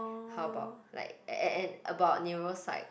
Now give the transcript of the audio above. how about like a~ a~ and about neuro side